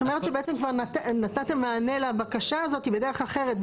את אומרת שבעצם כבר נתתם מענה לבקשה הזאת בדרך אחרת,